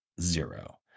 zero